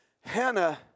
Hannah